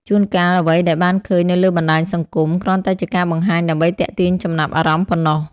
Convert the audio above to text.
ជួនកាលអ្វីដែលបានឃើញនៅលើបណ្តាញសង្គម គ្រាន់តែជាការបង្ហាញដើម្បីទាក់ទាញចំណាប់អារម្មណ៍ប៉ុណ្ណោះ។